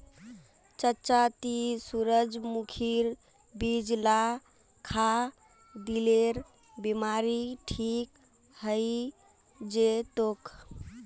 चच्चा ती सूरजमुखीर बीज ला खा, दिलेर बीमारी ठीक हइ जै तोक